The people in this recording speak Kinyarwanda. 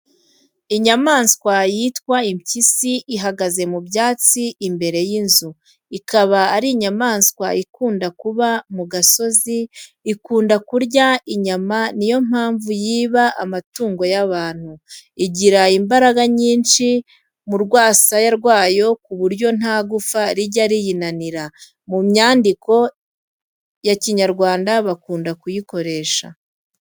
Inyamaswa yitwa impyisi ihagaze mu byatsi imbere y’inzu, ikaba ari inyamaswa ikunda kuba mu gasozi, ikunda kurya inyama niyo mpamvu yiba amatungo y'abantu. Igira imbaraga nyinshi mu rwasaya rwayo ku buryo nta gufa rijya riyinanira. Mu myandiko ya Kinyarwanda bakunda kuyikoresha.